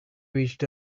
reached